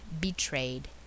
betrayed